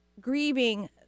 grieving